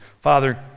father